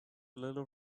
little